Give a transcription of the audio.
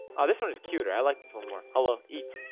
ah this one is cuter. i like this one more. hello eat